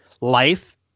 life